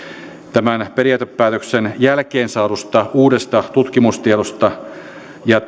tämän periaatepäätöksen jälkeen saadusta uudesta tutkimustiedosta ja